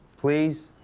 please?